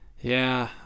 Yeah